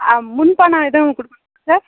முன்பணம் எதுவும் கொடுக்குணுமா சார்